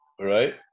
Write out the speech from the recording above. Right